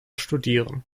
studieren